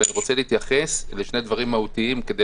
ואני רוצה להתייחס לשני דברים מהותיים כדי